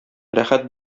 рәхәт